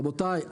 רבותיי,